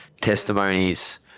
testimonies